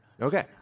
Okay